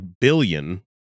billion